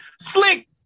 Slick